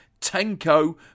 Tenko